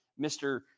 Mr